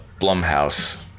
Blumhouse